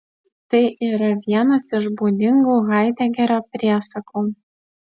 tai yra vienas iš būdingų haidegerio priesakų